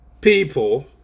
people